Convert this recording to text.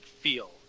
feel